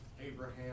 Abraham